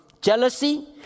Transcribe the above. jealousy